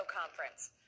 conference